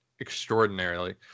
extraordinarily